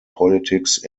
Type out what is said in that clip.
politics